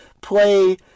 play